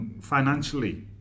financially